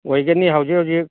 ꯑꯣꯏꯒꯅꯤ ꯍꯧꯖꯤꯛ ꯍꯧꯖꯤꯛ